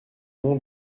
non